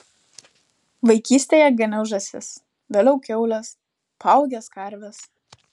vaikystėje ganiau žąsis vėliau kiaules paaugęs karves